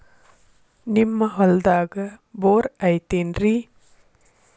ನಿಮ್ಮ ಹೊಲ್ದಾಗ ಬೋರ್ ಐತೇನ್ರಿ?